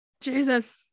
Jesus